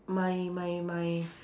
my my my